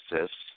assists